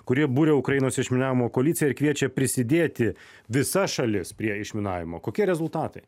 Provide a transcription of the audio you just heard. kuri buria ukrainos išminavimo koaliciją ir kviečia prisidėti visas šalis prie išminavimo kokie rezultatai